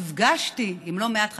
נפגשתי עם לא מעט חקלאים,